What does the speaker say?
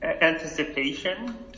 anticipation